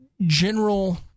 General